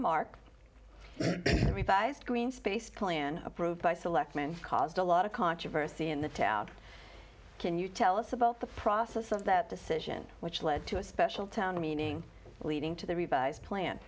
mark green space plan approved by select men caused a lot of controversy in the town can you tell us about the process of that decision which led to a special town meeting leading to the revised plan